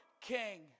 king